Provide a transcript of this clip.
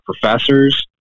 professors